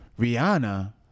Rihanna